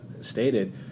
stated